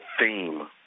theme